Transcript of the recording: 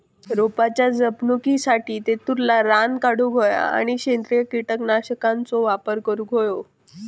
रोपाच्या जपणुकीसाठी तेतुरला रान काढूक होया आणि सेंद्रिय कीटकनाशकांचो वापर करुक होयो